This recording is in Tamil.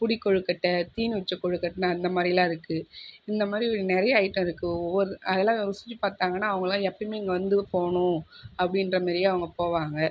பிடிகொழுக்கட்ட தீனிவச்சகொழுக்கட்டை அந்த மாரிலா இருக்கு இந்த மாரி நிறையா ஐட்டம் இருக்கு ஒவ்வொரு அதுலாம் ருசி பார்த்தாங்கன்னா அவங்களாக இப்போவே இங்கே வந்து போகணும் அப்படின்ற மேரியே அவங்க போவாங்க